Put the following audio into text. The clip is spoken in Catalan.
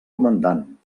comandant